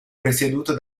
presieduto